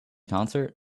concert